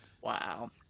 Wow